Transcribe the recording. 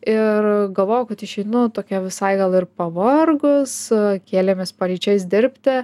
ir galvojau kad išeinu tokia visai gal ir pavargus kėlėmės paryčiais dirbti